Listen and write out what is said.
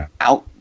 out